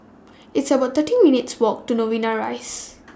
It's about thirty minutes' Walk to Novena Rise